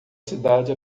cidade